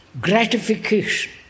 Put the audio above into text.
gratification